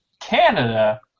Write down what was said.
Canada